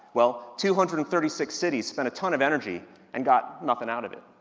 well, two hundred and thirty six cities spent a ton of energy and got nothing out of it.